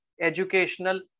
educational